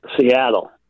Seattle